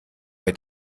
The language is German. mit